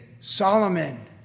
Solomon